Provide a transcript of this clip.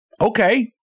Okay